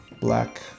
black